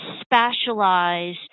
specialize